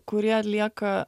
kurie atlieka